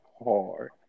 hard